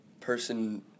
person